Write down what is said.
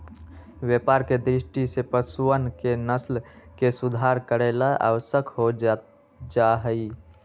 व्यापार के दृष्टि से पशुअन के नस्ल के सुधार करे ला आवश्यक हो जाहई